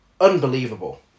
unbelievable